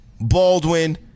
baldwin